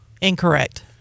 Incorrect